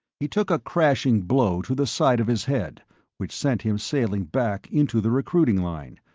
he took a crashing blow to the side of his head which sent him sailing back into the recruiting line,